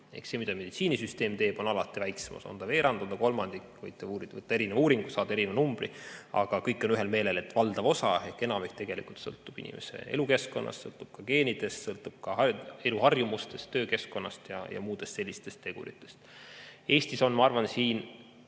see, mida meditsiinisüsteem teeb, on alati väiksem – on ta veerand või kolmandik, võite uurida, on erinevad uuringud, saate erineva numbri. Aga kõik on ühel meelel, et valdav osa ehk enamik tegelikult sõltub inimese elukeskkonnast, sõltub geenidest, sõltub eluharjumustest, töökeskkonnast ja muudest sellistest teguritest. Eestis on, ma arvan,